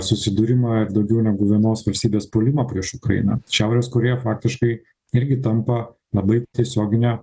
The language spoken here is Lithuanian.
susidūrimą ir daugiau negu vienos valstybės puolimą prieš ukrainą šiaurės korėja faktiškai irgi tampa labai tiesiogine